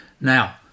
Now